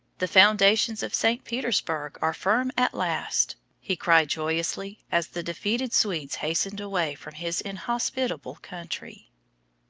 the foundations of st petersburg are firm at last, he cried joyously as the defeated swedes hastened away from his inhospitable country.